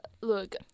look